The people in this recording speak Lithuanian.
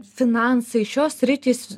finansai šios sritys